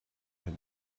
had